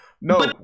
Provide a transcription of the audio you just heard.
no